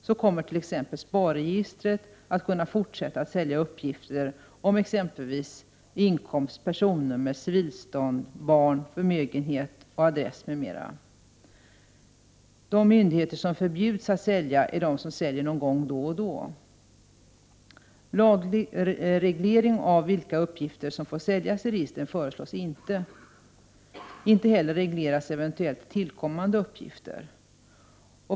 Så kommer t.ex. SPAR-registret att kunna fortsätta att sälja uppgifter om inkomst, personnummer, civilstånd, barn, förmögenhet, adress, m.m. De myndigheter som förbjuds sälja är de som säljer bara någon gång då och då. Lagreglering av vilka uppgifter som får säljas ur registren föreslås inte. Inte heller regleras eventuellt tillkommande uppgifter.